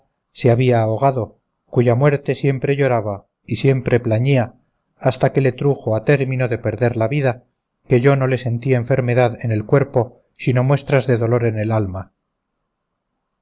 se había ahogado cuya muerte siempre lloraba y siempre plañía hasta que le trujo a término de perder la vida que yo no le sentí enfermedad en el cuerpo sino muestras de dolor en el alma